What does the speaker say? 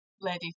lady